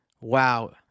wow